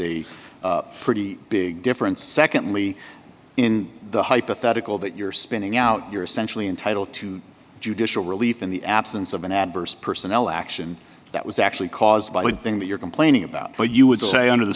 a pretty big difference secondly in the hypothetical that you're spinning out you're essentially entitled to judicial relief in the absence of an adverse personnel action that was actually caused by a thing that you're complaining about but you would say under the